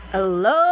Hello